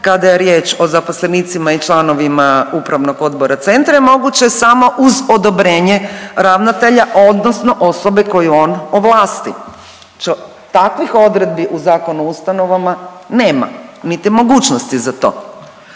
kada je riječ o zaposlenicima i članovima Upravnog odbora Centra je moguće samo uz odobrenje ravnatelja, odnosno osobe koju on ovlasti. Takvih odredbi u Zakonu o ustanovama nema niti mogućnosti za to.